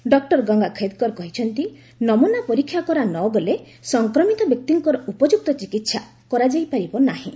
doctor Ganga Khedkar କହିଛନ୍ତି ନମୂନା ପରୀକ୍ଷା କରାନଗଲେ ସଂକ୍ରମିତ ବ୍ୟକ୍ତିଙ୍କର ଉପଯୁକ୍ତ ଚିକିତ୍ସା କରାଯାଇପାରିବ ନାହିଁ